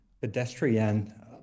pedestrian